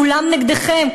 כולם נגדכם,